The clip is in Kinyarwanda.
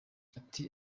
ati